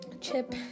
Chip